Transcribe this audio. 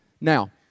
Now